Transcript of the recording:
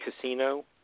casino